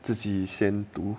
自己先读